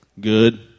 Good